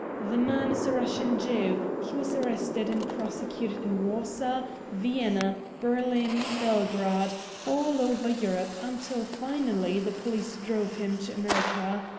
the man is a russian jew. he was arrested and prosecuted in warsaw, vienna, berlin, belgrade all over europe, until finally the police drove him to america.